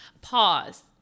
pause